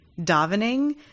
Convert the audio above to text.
davening